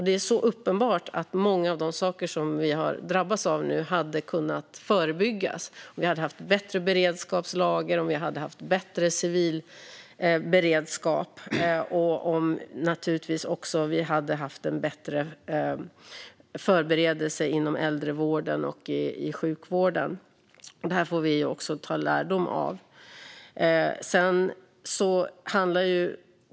Det är uppenbart att många av de saker som vi har drabbats av nu hade kunnat förebyggas om vi hade haft bättre beredskapslager, bättre civil beredskap och naturligtvis också om vi hade haft en bättre förberedelse inom äldrevården och sjukvården. Det här får vi ta lärdom av.